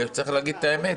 צריך להגיד את האמת,